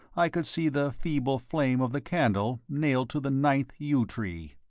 i could see the feeble flame of the candle nailed to the ninth yew tree!